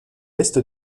est